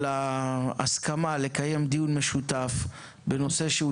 על ההסכמה לקיים דיון משותף בנושא שהוא